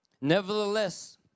Nevertheless